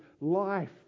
life